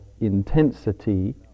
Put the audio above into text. intensity